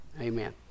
Amen